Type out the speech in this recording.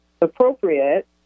appropriate